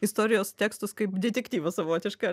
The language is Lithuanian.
istorijos tekstus kaip detektyvą savotišką